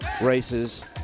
races